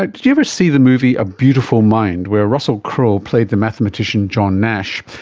like did you ever see the movie a beautiful mind, where russell crowe played the mathematician john nash?